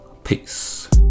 Peace